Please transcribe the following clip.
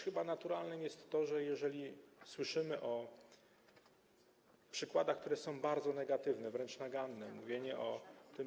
Chyba też naturalne jest to, że jeżeli słyszymy o przykładach, które są bardzo negatywne, wręcz naganne, mówienie o tym.